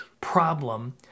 problem